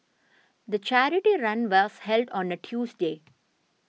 the charity run was held on a Tuesday